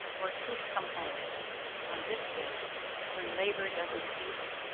or a truth come home on this day when labor doesn't cease,